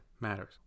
matters